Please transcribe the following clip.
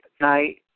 night